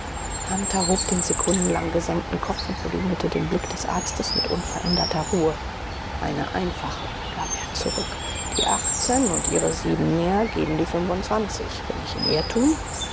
hob den sekundenlang gesenkten kopf und begegnete dem blick des arztes mit unveränderter ruhe eine einfache gab er zurück die achtzehn und ihre sieben mehr geben die fünfundzwanzig bin ich im irrtum